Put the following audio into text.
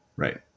Right